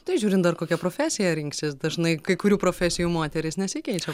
tai žiūrint dar kokią profesiją rinksis dažnai kai kurių profesijų moterys nesikeičia